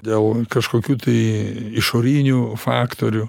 dėl kažkokių tai išorinių faktorių